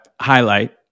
highlight